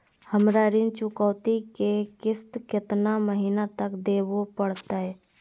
हमरा ऋण चुकौती के किस्त कितना महीना तक देवे पड़तई?